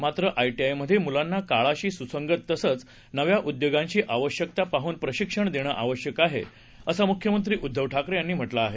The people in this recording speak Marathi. मात्र आयटीआयमध्ये मुलांना काळाशी सुसंगत तसंच नव्या उद्योगांची आवश्यकता पाहन प्रशिक्षण देणं आवश्यक आहे असं मुख्यमंत्री उद्दव ठाकरे यांनी म्हटलं आहे